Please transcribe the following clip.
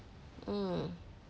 hmm